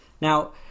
now